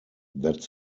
that